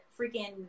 freaking